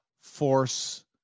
force